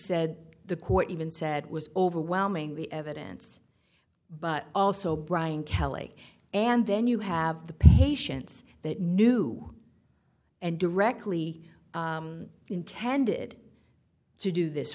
said the court even said was overwhelming the evidence but also brian kelly and then you have the patience that new and directly intended to do this